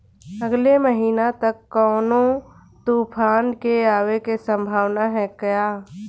अगले महीना तक कौनो तूफान के आवे के संभावाना है क्या?